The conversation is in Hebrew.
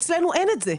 אצלנו אין את זה.